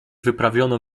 wyprawiono